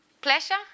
pleasure